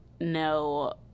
no